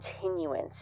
continuance